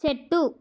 చెట్టు